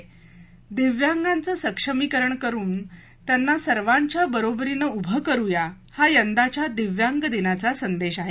दिव्यांगांचं सक्षमीकरण करुन त्यांना सर्वांच्या बरोबरीनं उम करुया हा यंदाच्या दिव्यांग दिनाचा संदेश आहे